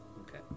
Okay